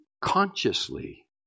consciously